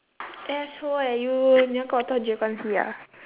asshole ah you 你要过到啊